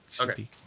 Okay